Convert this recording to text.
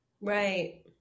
Right